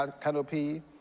canopy